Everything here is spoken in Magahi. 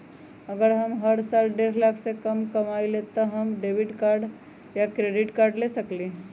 अगर हम हर साल डेढ़ लाख से कम कमावईले त का हम डेबिट कार्ड या क्रेडिट कार्ड ले सकली ह?